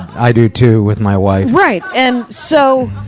i do too, with my wife. right. and so,